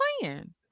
playing